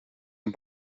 amb